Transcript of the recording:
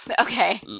Okay